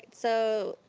so,